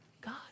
God